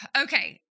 okay